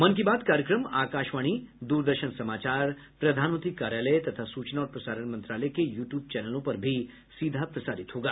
मन की बात कार्यक्रम आकाशवाणी दूरदर्शन समाचार प्रधानमंत्री कार्यालय तथा सूचना और प्रसारण मंत्रालय के यूट्यूब चैनलों पर भी सीधा प्रसारित होगा